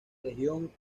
región